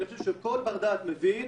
אני חושב שכל בר-דעת מבין